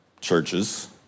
churches